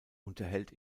unterhält